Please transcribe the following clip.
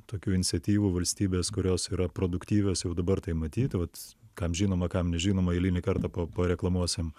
tokių iniciatyvų valstybės kurios yra produktyvios jau dabar tai matyt vat kam žinoma kam nežinoma eilinį kartą pa pareklamuosim